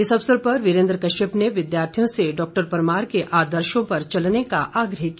इस अवसर पर वीरेन्द्र कश्यप ने विद्यार्थियों से डॉक्टर परमार के आदर्शों पर चलने का आग्रह किया